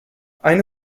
eine